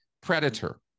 predator